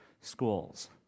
schools